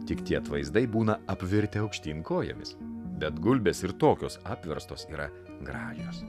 tik tie atvaizdai būna apvirtę aukštyn kojomis bet gulbės ir tokios apverstos yra gražios